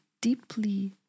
deeply